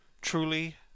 Truly